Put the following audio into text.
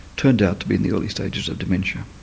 turned out to be in the early stages of dementia.